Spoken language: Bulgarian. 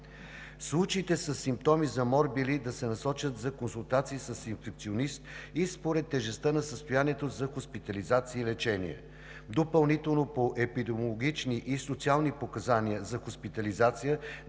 случаите със симптоми за морбили да се насочат за консултации с инфекционист и според тежестта на състоянието за хоспитализация и лечение; - допълнително по епидемиологични и социални показания за хоспитализация